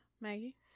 Maggie